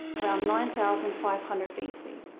around nine thousand five hundred bc.